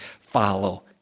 follow